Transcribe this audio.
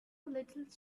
little